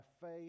faith